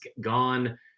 gone